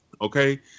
okay